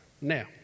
Now